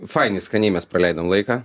fainiai skaniai mes praleidom laiką